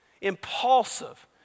impulsive